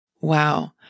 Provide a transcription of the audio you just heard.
Wow